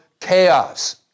chaos